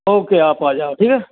okay आप आ जाओ ठीक है